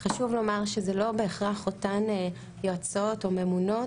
חשוב לומר שזה לא בהכרח אותן יועצות או ממונות,